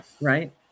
right